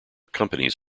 companies